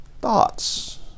Thoughts